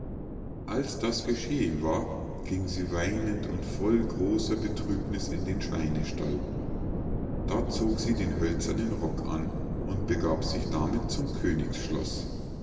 als das geschehen war ging sie weinend und voll großer betrübniß in den schweinstall da zog sie den hölzernen rock an und begab sich damit zum